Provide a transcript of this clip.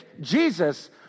Jesus